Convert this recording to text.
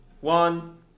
one